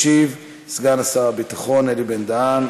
ומספרה 7184. ישיב סגן שר הביטחון, אלי בן-דהן.